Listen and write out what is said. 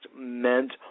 meant